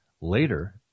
Later